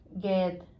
get